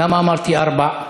למה אמרתי ארבע?